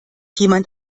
jemand